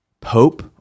pope